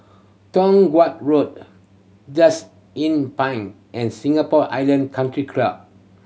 Toh Guan Road Just Inn Pine and Singapore Island Country Club